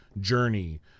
journey